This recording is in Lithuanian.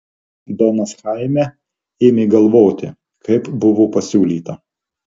donas chaime ėmė galvoti kaip buvo pasiūlyta